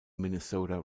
minnesota